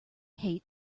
hate